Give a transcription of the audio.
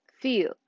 feel